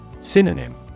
Synonym